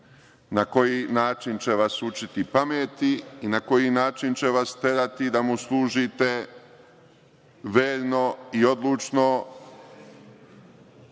na koji način će vas učiti pameti i na koji način će vas terati da mu služite verno i odlučno,